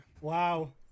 wow